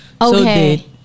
Okay